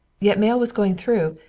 yet mail was going through.